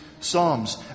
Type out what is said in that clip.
psalms